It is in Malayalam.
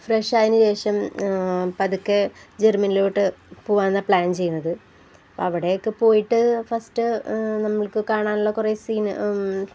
ഫ്രഷായതിനുശേഷം ആ പതുക്കെ ജർമ്മനിയിലോട്ടു പോകാമെന്നാണു പ്ലാൻ ചെയ്യുന്നത് അപ്പോള് അവിടെയൊക്കെ പോയിട്ട് ഫസ്റ്റ് നമ്മൾക്കു കാണാനുള്ള കുറേ സീന്